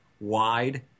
wide